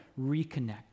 reconnect